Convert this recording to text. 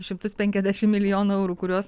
šimtus penkiasdešim milijonų eurų kuriuos